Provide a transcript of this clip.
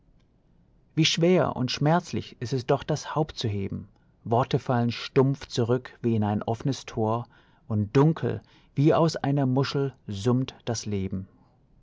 wie schwer und schmerzlich ist es doch das haupt zu heben worte fallen stumpf zurück wie in ein offnes tor und dunkel wie aus einer muschel summt das leben